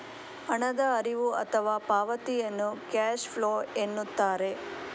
ಹಣದ ಹರಿವು ಅಥವಾ ಪಾವತಿಯನ್ನು ಕ್ಯಾಶ್ ಫ್ಲೋ ಎನ್ನುತ್ತಾರೆ